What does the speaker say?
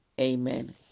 Amen